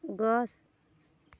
গছ